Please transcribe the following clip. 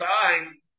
time